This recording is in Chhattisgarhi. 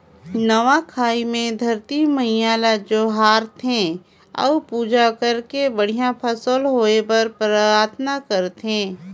नवा खाई मे धरती मईयां ल जोहार थे अउ पूजा करके बड़िहा फसल होए बर पराथना करथे